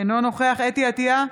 אינו נוכח חוה אתי עטייה,